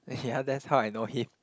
ya that's how I know him